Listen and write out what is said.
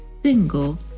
single